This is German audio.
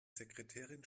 sekretärin